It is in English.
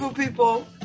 people